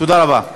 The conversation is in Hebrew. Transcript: תודה רבה.